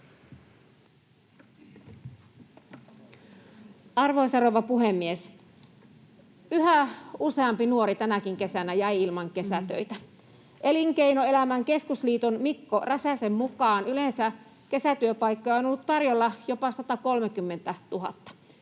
Arvoisa rouva puhemies! Yhä useampi nuori tänäkin kesänä jäi ilman kesätöitä. Elinkeinoelämän keskusliiton Mikko Räsäsen mukaan yleensä kesätyöpaikkoja on ollut tarjolla jopa 130 000.